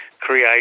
create